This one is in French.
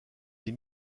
des